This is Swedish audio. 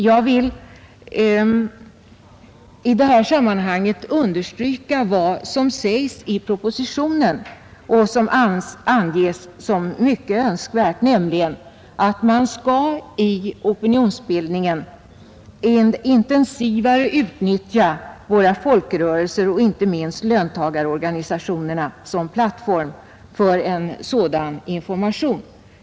Jag vill i detta sammanhang understryka vad som sägs i propositionen och där anges som mycket önskvärt, nämligen att man i opinionsbildningen än intensivare skall utnyttja våra folkrörelser — inte minst löntagarorganisationerna — som plattform för information i dessa frågor.